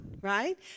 right